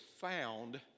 found